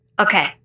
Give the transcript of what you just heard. Okay